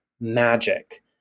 magic